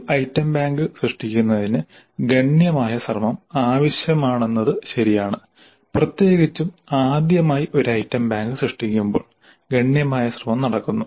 ഒരു item bank സൃഷ്ടിക്കുന്നതിന് ഗണ്യമായ ശ്രമം ആവശ്യമാണെന്നത് ശരിയാണ് പ്രത്യേകിച്ചും ആദ്യമായി ഒരു ഐറ്റം ബാങ്ക് സൃഷ്ടിക്കുമ്പോൾ ഗണ്യമായ ശ്രമം നടക്കുന്നു